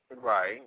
Right